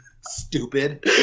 Stupid